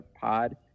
pod